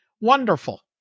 Wonderful